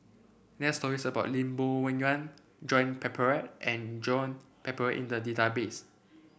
there are stories about Lim Bo Yam Joan Pereira and Joan Pereira in the database